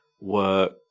work